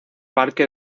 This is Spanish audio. parque